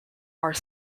are